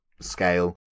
scale